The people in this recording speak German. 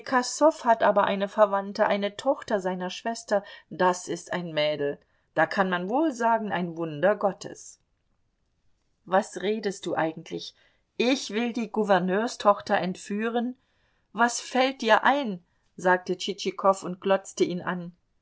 hat aber eine verwandte eine tochter seiner schwester das ist ein mädel da kann man wohl sagen ein wunder gottes was redest du eigentlich ich will die gouverneurstochter entführen was fällt dir ein sagte tschitschikow und glotzte ihn an